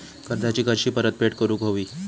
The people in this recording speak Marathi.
कर्जाची कशी परतफेड करूक हवी?